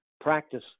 practice